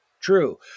true